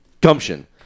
gumption